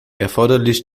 erforderlich